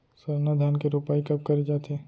सरना धान के रोपाई कब करे जाथे?